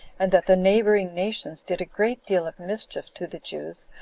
and that the neighboring nations did a great deal of mischief to the jews,